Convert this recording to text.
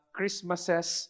Christmases